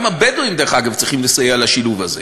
גם הבדואים, דרך אגב, צריכים לסייע לשילוב הזה